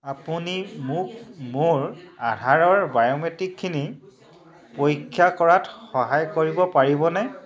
আপুনি মোক মোৰ আধাৰৰ বায়োমেট্ৰিকখিনি পৰীক্ষা কৰাত সহায় কৰিব পাৰিবনে